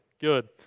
Good